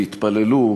והתפללו,